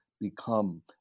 become